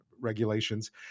Regulations